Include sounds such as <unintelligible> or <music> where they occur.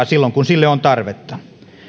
<unintelligible> silloin kun sille on tarvetta